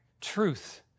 Truth